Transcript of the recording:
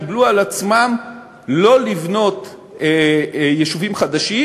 קיבלו על עצמן לא לבנות יישובים חדשים,